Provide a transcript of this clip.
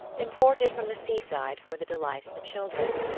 imported from the seaside for the delight of the children,